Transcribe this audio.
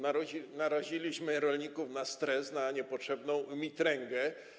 Naraziliśmy rolników na stres, na niepotrzebną mitręgę.